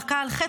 מכה על חטא,